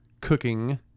cooking